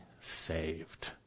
saved